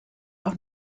auch